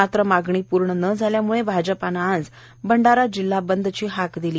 मात्र मागणी पूर्ण न झाल्यामुळे भाजपानं आज भंडारा जिल्हा बंदची हाक दिली